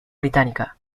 británica